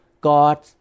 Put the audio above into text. God